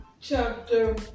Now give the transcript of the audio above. chapter